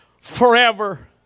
forever